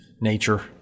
nature